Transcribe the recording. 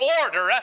order